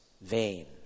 vain